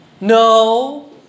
No